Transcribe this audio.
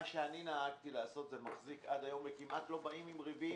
מה שאני נהגתי לעשות זה מחזיק עד היום וכמעט לא באים עם ריבים,